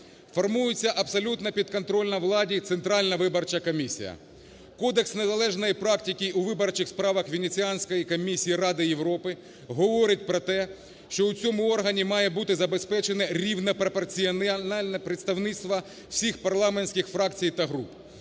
Формуються абсолютно підконтрольна владі Центральна виборча комісія. Кодекс незалежної практики у виборчих справах Венеціанської комісії Ради Європи говорить про те, що у цьому органі має бути забезпечено рівне пропорційне представництво всіх парламентських фракцій та груп.